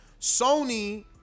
Sony